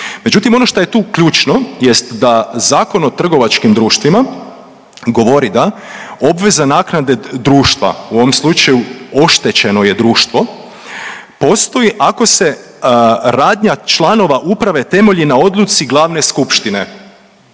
Međutim, ono šta je tu ključno jest da ZTD govori da obveza naknade društva, u ovom slučaju oštećeno je društvo postoji ako se radnja članova uprave temelji na odluci glavne skupštine.